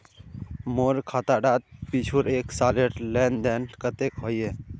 मोर खाता डात पिछुर एक सालेर लेन देन कतेक होइए?